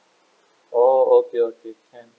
oh okay okay can